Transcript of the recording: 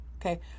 Okay